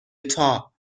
eta